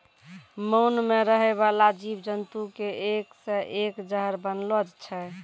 मान मे रहै बाला जिव जन्तु के एक से एक जहर बनलो छै